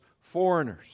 foreigners